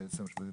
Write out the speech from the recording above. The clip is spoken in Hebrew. היועצת המשפטית,